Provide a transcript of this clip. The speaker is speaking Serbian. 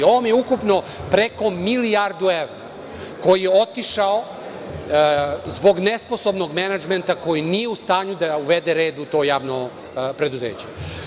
Ovo vam je ukupno preko milijardu evra koje je otišlo zbog nesposobnog menadžmenta koji nije u stanju da uvede red u to javno preduzeće.